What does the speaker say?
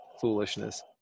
foolishness